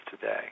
today